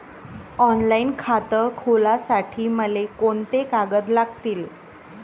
Online खातं खोलासाठी मले कोंते कागद लागतील?